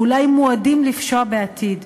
ואולי מועדים לפשוע בעתיד.